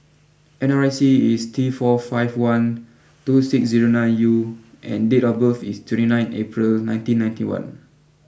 N R I C is T four five one two six zero nine U and date of birth is twenty nine April nineteen ninety one